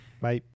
Bye